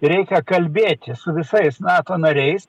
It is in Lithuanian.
reikia kalbėti su visais nato nariais